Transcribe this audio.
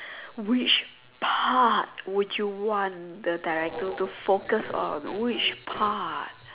which part would you want the director to focus on which part